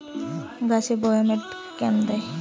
গাছে বায়োমেট কেন দেয়?